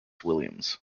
williams